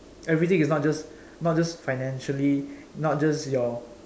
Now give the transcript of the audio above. everything is not just not just financially not just your